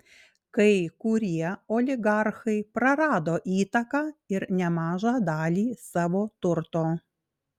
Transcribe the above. kai kurie oligarchai prarado įtaką ir nemažą dalį savo turto